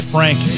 Frank